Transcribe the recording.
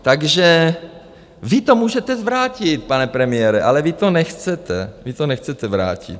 Takže vy to můžete zvrátit, pane premiére, ale vy to nechcete, vy to nechcete zvrátit.